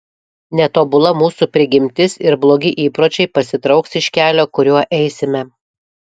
netobula mūsų prigimtis ir blogi įpročiai pasitrauks iš kelio kuriuo eisime